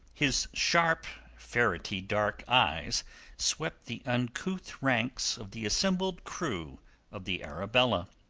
his sharp, ferrety dark eyes swept the uncouth ranks of the assembled crew of the arabella.